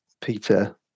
Peter